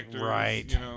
Right